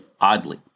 oddly